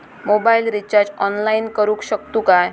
Mobile recharge online करुक शकतू काय?